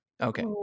Okay